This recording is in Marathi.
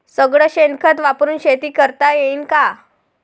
सगळं शेन खत वापरुन शेती करता येईन का?